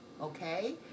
okay